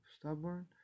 stubborn